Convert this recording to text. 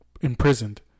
imprisoned